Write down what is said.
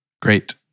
Great